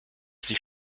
sich